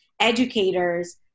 educators